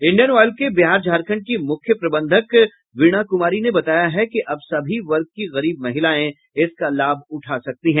Indian oil के बिहार झारखंड की मुख्य प्रबंधक वीणा कुमारी ने बताया कि अब सभी वर्ग की गरीब महिलाएं इसका लाभ उठा सकती हैं